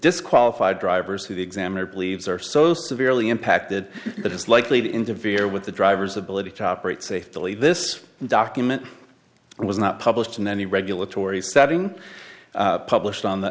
disqualified drivers who the examiner believes are so severely impacted that is likely to interfere with the driver's ability to operate safely this document was not published in any regulatory setting published on the